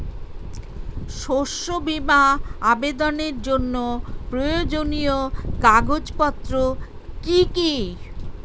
শস্য বীমা আবেদনের জন্য প্রয়োজনীয় কাগজপত্র কি কি?